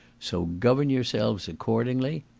so govern yourselves accordingly.